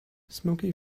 smoky